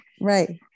Right